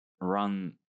run